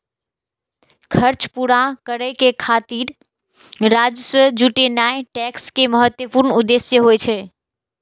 खर्च पूरा करै खातिर राजस्व जुटेनाय टैक्स के महत्वपूर्ण उद्देश्य होइ छै